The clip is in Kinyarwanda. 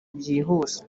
byihuse